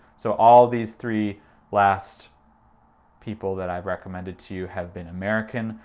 so all of these three last people that i've recommended to you have been american,